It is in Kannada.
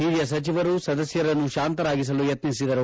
ಹಿರಿಯ ಸಚಿವರು ಸದಸ್ಯರನ್ನು ಶಾಂತರಾಗಿಸಲು ಯಕ್ನಿಸಿದರು